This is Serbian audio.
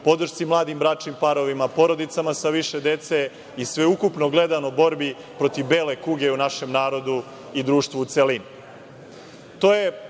podršci mladim bračnim parovima, porodicama sa više dece i sveukupno gledano borbi protiv bele kuge u našem narodu i društvu u celini.